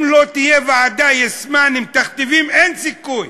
אם לא תהיה ועדת "יס-מן", עם תכתיבים, אין סיכוי.